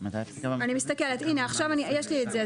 אני מסתכלת, עכשיו יש לי את זה.